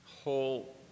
whole